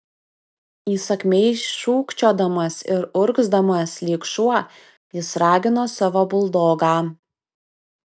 įsakmiai šūkčiodamas ir urgzdamas lyg šuo jis ragino savo buldogą